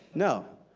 no.